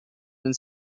been